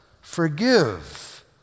forgive